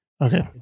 Okay